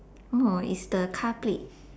no is the car plate